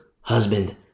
husband